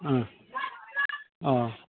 अ अ